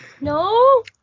No